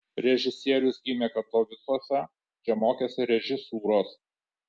režisierius gimė katovicuose čia mokėsi režisūros